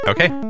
Okay